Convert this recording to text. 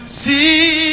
see